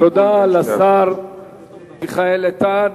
תודה לשר מיכאל איתן.